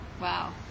Wow